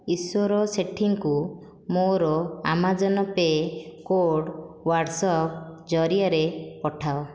ଈଶ୍ୱର ସେଠୀଙ୍କୁ ମୋର ଆମାଜନ୍ ପେ କୋଡ଼୍ ହ୍ଵାଟ୍ସଆପ୍ ଜରିଆରେ ପଠାଅ